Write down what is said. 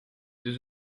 deux